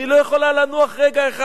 אני לא יכולה לנוח רגע אחד.